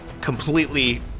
completely